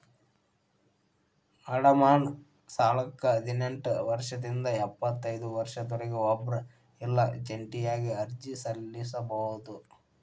ಅಡಮಾನ ಸಾಲಕ್ಕ ಹದಿನೆಂಟ್ ವರ್ಷದಿಂದ ಎಪ್ಪತೈದ ವರ್ಷದೊರ ಒಬ್ರ ಇಲ್ಲಾ ಜಂಟಿಯಾಗಿ ಅರ್ಜಿ ಸಲ್ಲಸಬೋದು